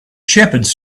shepherds